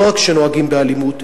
לא רק שנוהגים באלימות,